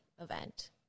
event